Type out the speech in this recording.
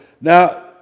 Now